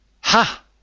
Ha